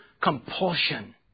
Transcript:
compulsion